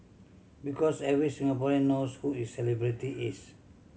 because every Singaporean knows who is celebrity is